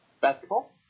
Basketball